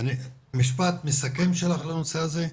משפט מסכם שלך לנושא הזה,